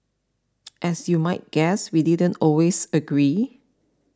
as you might guess we didn't always agree